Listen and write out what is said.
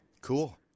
Cool